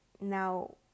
Now